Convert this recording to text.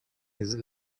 his